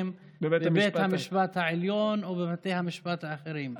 בבית המשפט העליון ובבתי המשפט האחרים.